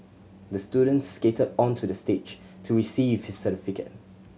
the student skated onto the stage to receive his certificate